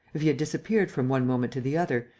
if he had disappeared from one moment to the other,